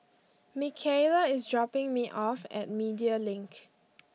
Mikaela is dropping me off at Media Link